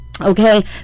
okay